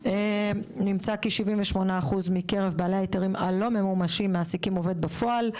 נמצא כי 78% מקרב בעלי ההיתרים הלא ממומשים מעסיקים עובד בפועל,